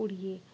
উড়িয়ে